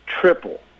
triple